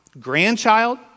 grandchild